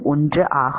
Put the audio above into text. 1 ஆகும்